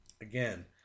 Again